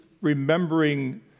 remembering